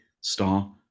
star